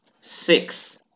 six